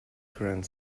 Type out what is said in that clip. grand